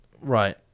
Right